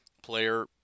player